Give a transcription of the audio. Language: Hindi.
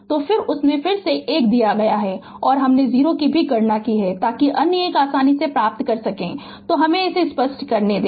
तो फिर और उनमें से 1 दिया गया है और हमने 0 की भी गणना की है ताकि अन्य 1 आसानी से प्राप्त कर सकें तो हमे इसे स्पष्ट करने दें